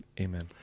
Amen